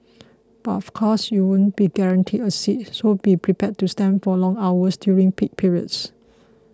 but of course you won't be guaranteed a seat so be prepared to stand for long hours during peak periods